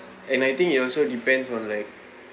and I think it also depends on like